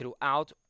throughout